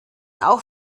auch